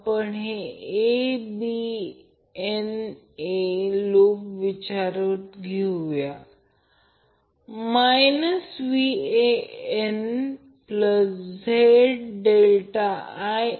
तर Z ∆ IAB नंतर प्रथम टर्मिनल Vbn नंतर Van 0 येत आहे